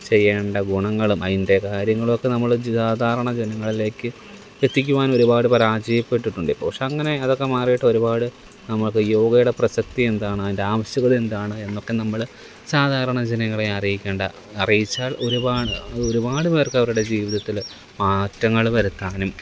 ചെയ്യേണ്ട ഗുണങ്ങളും അതിന്റെ കാര്യങ്ങളൊക്കെ നമ്മൾ സാധാരണ ജനങ്ങളിലേക്ക് എത്തിക്കുവാൻ ഒരുപാട് പരാജയപ്പെട്ടിട്ടുണ്ട് ഇപ്പോൾ പക്ഷെ അങ്ങനെ അതൊക്കെ മാറിയിട്ട് ഒരുപാട് നമ്മൾക്ക് യോഗയുടെ പ്രസക്തി എന്താണ് അതിന്റെ ആവിശ്യകത എന്താണ് എന്നൊക്കെ നമ്മൾ സാധാരണ ജനങ്ങളെ അറിയിക്കേണ്ട അറിയിച്ചാല് ഒരുപാട് അത് ഒരുപാട് പേര്ക്ക് അവരുടെ ജീവിതത്തിൽ മാറ്റങ്ങൾ വരുത്താനും